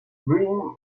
bring